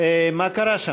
מה קרה שם?